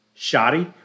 Shoddy